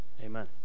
Amen